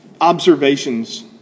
observations